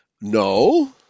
No